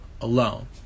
alone